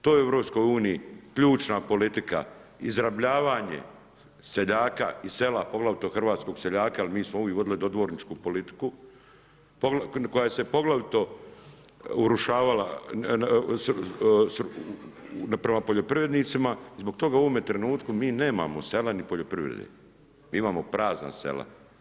To je u EU ključna politika izrabljivanje seljaka i sela, poglavito hrvatskog seljaka, jer mi smo uvijek vodili dodvorničku politiku, koja se poglavito urušavala, prema poljoprivrednicima, zbog toga u ovome trenutku mi nemamo sela ni poljoprivrede, mi imamo prazna sela.